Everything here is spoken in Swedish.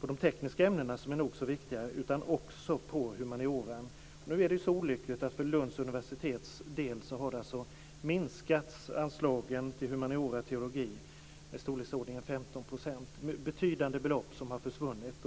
de tekniska ämnena - som är nog så viktiga - utan också på humanioran. Nu är det så olyckligt att för Lunds universitets del har anslagen till humaniora och teologi minskats med i storleksordningen 15 %. Det är betydande belopp som har försvunnit.